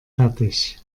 fertig